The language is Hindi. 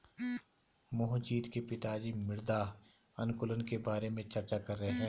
मोहजीत के पिताजी मृदा अनुकूलक के बारे में चर्चा कर रहे थे